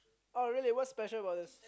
oh really what's special about this